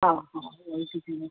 हा हा